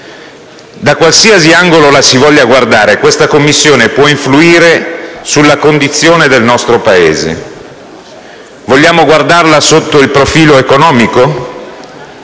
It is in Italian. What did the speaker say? Da qualsiasi angolo la si voglia guardare, questa Commissione può influire sulla condizione del nostro Paese. Vogliamo guardarla sotto il profilo economico?